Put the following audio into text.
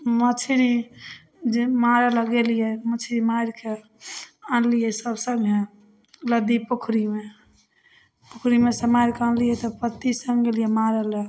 मछरी जे मारैलए गेलिए मछरी मारिके आनलिए सभ सङ्गे लद्दी पोखरिमे पोखरिमेसँ मारिके आनलिए तऽ पति सङ्ग गेलिए मारैलए